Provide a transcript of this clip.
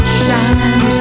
shine